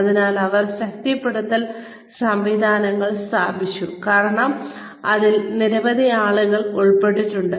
അതിനാൽ അവർ ശക്തിപ്പെടുത്തൽ സംവിധാനങ്ങൾ സ്ഥാപിച്ചു കാരണം അതിൽ നിരവധി ആളുകൾ ഉൾപ്പെട്ടിട്ടുണ്ട്